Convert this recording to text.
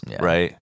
right